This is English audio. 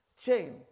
chain